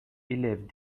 élèvent